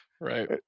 right